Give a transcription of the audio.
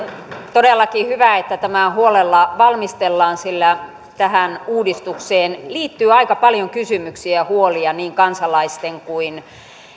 todellakin hyvä että tämä huolella valmistellaan sillä tähän uudistukseen liittyy aika paljon kysymyksiä ja huolia niin kansalaisten kuin